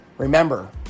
Remember